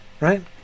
Right